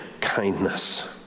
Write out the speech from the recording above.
kindness